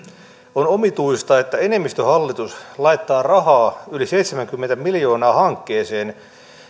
on omituista että enemmistöhallitus laittaa rahaa yli seitsemänkymmentä miljoonaa hankkeeseen